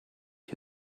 you